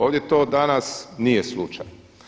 Ovdje to danas nije slučaj.